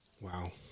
Wow